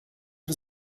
für